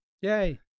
yay